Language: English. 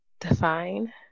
define